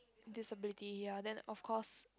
disability ah then of course